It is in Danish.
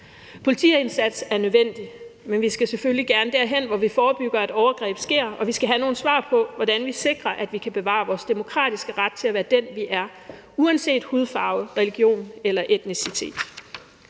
Politiindsats er nødvendig, men vi skal selvfølgelig gerne derhen, hvor vi forebygger, at overgreb sker, og vi skal have nogle svar på, hvordan vi sikrer, at vi kan bevare vores demokratiske ret til at være den, vi er, uanset hudfarve, religion og etnicitet.